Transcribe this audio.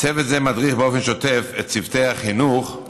צוות זה מדריך באופן שוטף את צוותי החינוך,